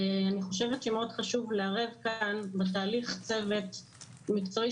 אני חושבת שמאוד חשוב לערב כאן בתהליך צוות מקצועי